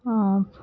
অঁ